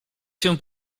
się